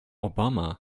obama